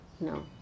no